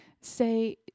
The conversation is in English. say